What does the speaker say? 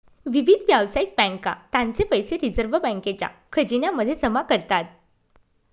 विविध व्यावसायिक बँका त्यांचे पैसे रिझर्व बँकेच्या खजिन्या मध्ये जमा करतात